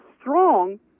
strong